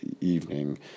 evening